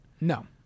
No